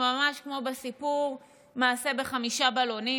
ממש כמו בסיפור מעשה בחמישה בלונים,